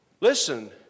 Listen